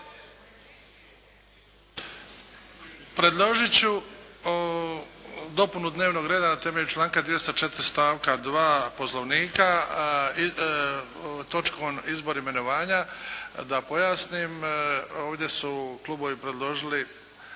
Predložit ću dopunu dnevnog reda na temelju članka 204. stavka 2. Poslovnika točkom: Izbori i imenovanja. Da pojasnim ovdje su klubovi predložili